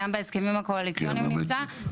זה גם בהסכמים הקואליציוניים נמצא.